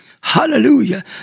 Hallelujah